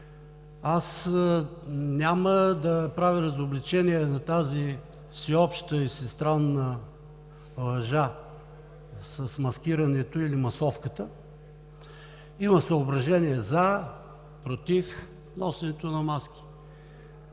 Аз няма да правя изобличение на тази всеобща и всестранна лъжа с маскирането или масовката. Има съображения „за“ и „против“ носенето на маски.